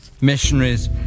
Missionaries